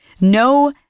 no